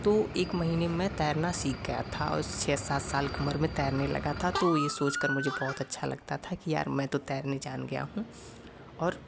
तो एक महीने मैं तैरना सीख गया था और छः सात साल के उम्र में तैरने लगा था तो ये सोचकर मुझे बहुत अच्छा लगता था कि यार मैं तो तैरने जान गया हूँ और